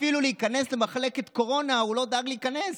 אפילו להיכנס למחלקת קורונה הוא לא דאג להיכנס,